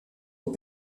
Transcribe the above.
aux